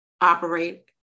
operate